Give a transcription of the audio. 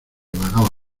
vagaba